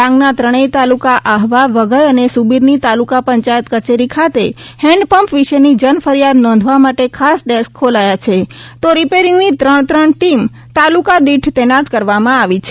ડાંગના ત્રણેય તાલુકા આહવા વધઇ તથા સુબિરની તાલુકા પંચાયત કચેરી ખાતે હેન્ડપંપ વિશેની જનફરિયાદ નોંધવા ખાસ ડેસ્ક ખોલાયા છે તો રીપેરીંગની ત્રણ ત્રણ ટીમ તાલુકાદિઠ તૈનાત કરવામાં આવી છે